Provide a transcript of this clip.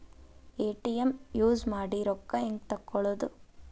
ATM use ಮಾಡಿ ರೊಕ್ಕ ಹೆಂಗೆ ತಕ್ಕೊಳೋದು?